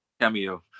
cameo